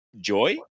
joy